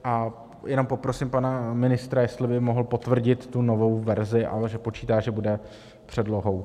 A jenom poprosím pana ministra, jestli by mohl potvrdit tu novou verzi, ale že počítá, že bude předlohou.